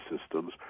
systems